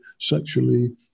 sexually